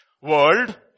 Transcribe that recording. world